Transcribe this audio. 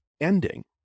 ending